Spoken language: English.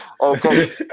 okay